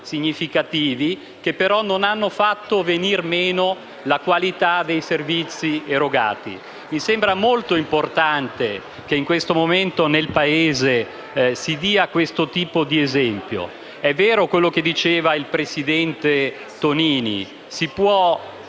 significativi, che però non hanno fatto venir meno la qualità dei servizi erogati. Mi sembra molto importante che nell'attuale momento nel Paese si dia questo tipo di esempio. È vero quanto ha detto il presidente Tonini: si può